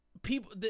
People